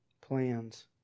plans